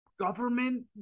government